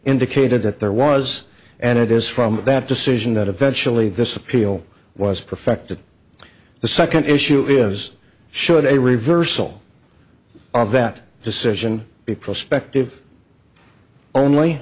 indicated that there was and it is from that decision that eventually this appeal was perfect that the second issue is should a reversal of that decision be prospective only